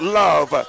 love